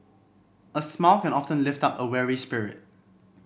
a smile can often lift up a weary spirit